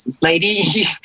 Lady